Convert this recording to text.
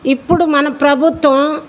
ఇప్పుడు మన ప్రభుత్వం